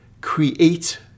create